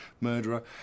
murderer